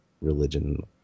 religion